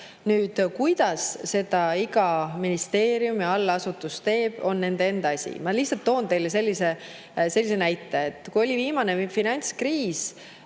Nüüd, kuidas seda iga ministeeriumi allasutus teeb, on nende enda asi. Ma lihtsalt toon teile sellise näite. Kui oli viimane finantskriis,